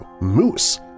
moose